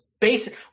basic